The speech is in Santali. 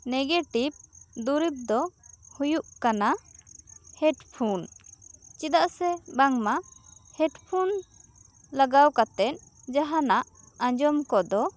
ᱱᱮᱜᱮᱴᱤᱵᱽ ᱫᱩᱨᱤᱵᱽ ᱫᱚ ᱦᱩᱭᱩᱜ ᱠᱟᱱᱟ ᱦᱮᱰᱯᱷᱳᱱ ᱪᱮᱫᱟᱜ ᱥᱮ ᱵᱟᱝ ᱢᱟ ᱦᱮᱰᱯᱷᱳᱱ ᱞᱟᱜᱟᱣ ᱠᱟᱛᱮ ᱡᱟᱦᱟᱱᱟᱜ ᱟᱸᱡᱚᱢ ᱠᱚᱫᱚ